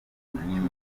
ingenzi